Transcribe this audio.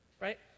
right